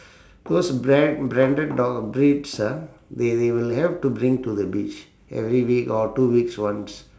those bra~ branded dog breeds ah they they will have to bring to the beach every week or two weeks once